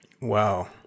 wow